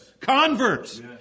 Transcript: converts